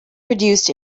produced